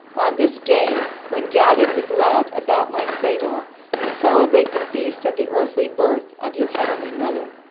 on this day when, gathered with love about my cradle, you celebrate the feast of the earthly birth of your heavenly mother.